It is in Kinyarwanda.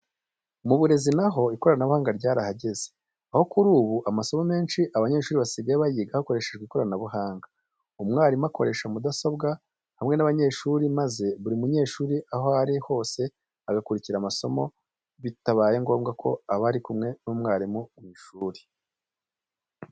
Mu burezi na ho ikoranabuhanga ryarahageze, aho kuri ubu amasomo menshi abanyeshuri basigaye bayiga hakoreshewe ikoranabuhanga. Umwarimu akoresha mudasobwa hamwe n'abanyeshuri maze buri munyeshuri aho ari hose agakurikira amasomo bitabaye ngombwa ko aba ari kumwe n'umwarimu mu ishuri.